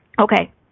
Okay